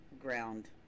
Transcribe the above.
ground